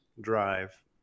Drive